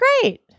great